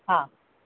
हा